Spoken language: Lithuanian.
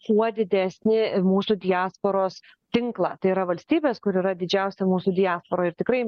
kuo didesnį mūsų diasporos tinklą tai yra valstybės kur yra didžiausia mūsų diaspora ir tikrai